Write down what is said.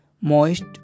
moist